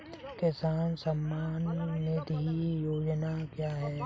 किसान सम्मान निधि योजना क्या है?